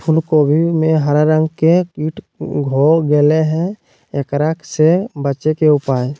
फूल कोबी में हरा रंग के कीट हो गेलै हैं, एकरा से बचे के उपाय?